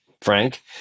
Frank